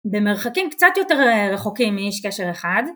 במרחקים קצת יותר רחוקים מאיש קשר אחד